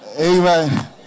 amen